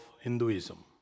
Hinduism